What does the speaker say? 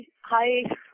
Hi